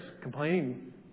complaining